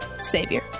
savior